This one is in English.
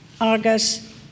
argus